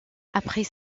après